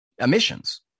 emissions